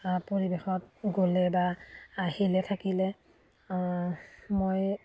পৰিৱেশত গ'লে বা আহিলে থাকিলে মই